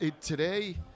Today